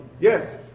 Yes